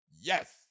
Yes